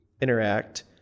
interact